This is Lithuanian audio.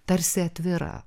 tarsi atvira